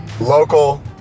local